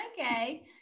okay